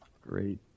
Great